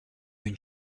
une